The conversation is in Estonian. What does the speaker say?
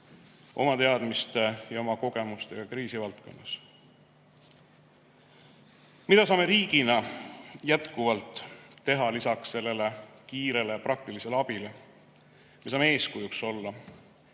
oma teadmiste ja oma kogemustega kriisi valdkonnas. Mida saame riigina jätkuvalt teha lisaks sellele kiirele praktilisele abile? Me saame eeskujuks olla,